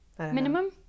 Minimum